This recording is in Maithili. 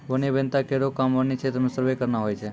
वन्य अभियंता केरो काम वन्य क्षेत्र म सर्वे करना होय छै